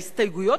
ההסתייגויות